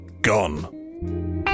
gone